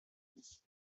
باید